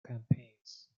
campaigns